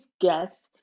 guest